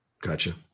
Gotcha